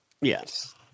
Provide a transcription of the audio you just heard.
Yes